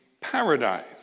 paradise